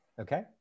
okay